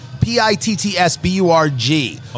P-I-T-T-S-B-U-R-G